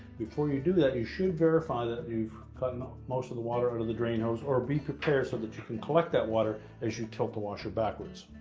before you do that you, should verify that you've gotten most of the water out of the drain hose, or be prepared so that you can collect that water as you tilt the washer backwards.